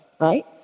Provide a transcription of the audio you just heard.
right